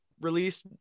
released